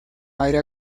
aire